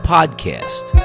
Podcast